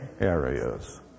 areas